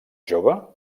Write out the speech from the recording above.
jove